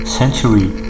century